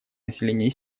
население